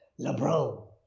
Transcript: LeBron